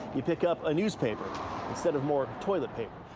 you pick up a newspaper instead of more toilet paper.